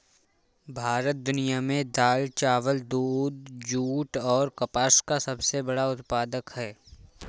भारत दुनिया में दाल, चावल, दूध, जूट और कपास का सबसे बड़ा उत्पादक है